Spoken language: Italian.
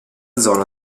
zona